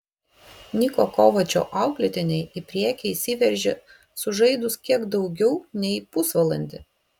niko kovačo auklėtiniai į priekį išsiveržė sužaidus kiek daugiau nei pusvalandį